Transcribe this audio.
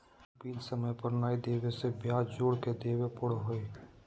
bill समय पर नयय देबे से ब्याज जोर के देबे पड़ो हइ